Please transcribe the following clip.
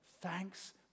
Thanks